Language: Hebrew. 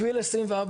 אפריל 24',